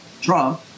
Trump